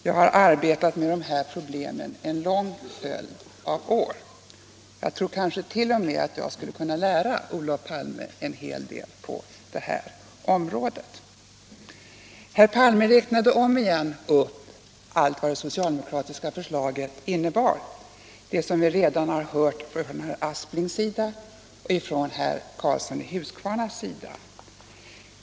Jag har arbetat med de här problemen en lång följd av år. Jag tror t.o.m. att jag skulle kunna lära Olof Palme en hel del på det här området. Herr Palme räknade återigen upp allt vad det socialdemokratiska förslaget innebar, vilket vi redan hört av herr Aspling och herr Karlsson i Huskvarna.